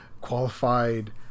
qualified